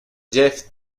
jeff